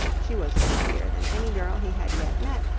she was prettier than any girl he had yet met,